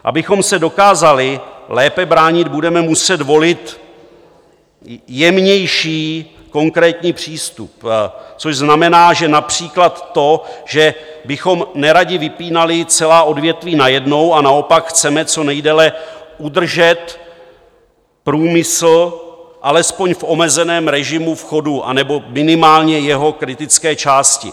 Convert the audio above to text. Abychom se dokázali lépe bránit, budeme muset volit jemnější, konkrétní přístup, což znamená například to, že bychom neradi vypínali celá odvětví najednou, a naopak chceme co nejdéle udržet průmysl alespoň v omezeném režimu v chodu, anebo minimálně jeho kritické části.